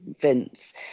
Vince